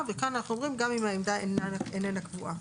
וכאן אנחנו אומרים גם אם העמדה איננה קבועה.